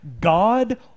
God